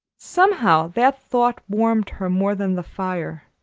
somehow that thought warmed her more than the fire.